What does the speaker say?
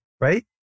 right